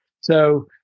So-